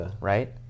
right